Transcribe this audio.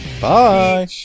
Bye